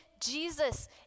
Jesus